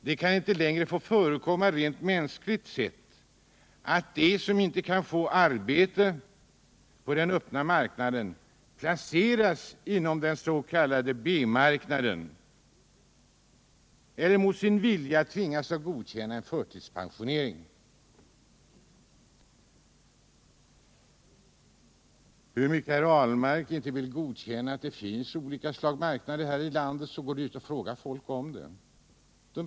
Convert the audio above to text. Det kan inte längre få förekomma — rent mänskligt sett — att de som inte kan få arbete på den öppna marknaden placeras på den s.k. B-marknaden eller mot sin vilja tvingas att godkänna en förtidspensionering. Hur mycket herr Ahlmark än säger att han inte vill godkänna att det finns olika arbetsmarknader för människorna här i landet, vet folk ändå att det är på det sättet.